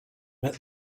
met